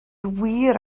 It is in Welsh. wir